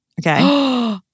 Okay